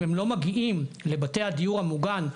אם הם לא מגיעים לבתי הדיור המוגן,